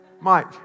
Mike